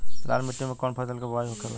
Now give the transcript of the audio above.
लाल मिट्टी में कौन फसल के बोवाई होखेला?